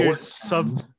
sub